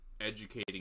educating